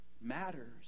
matters